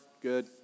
good